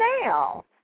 now